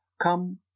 come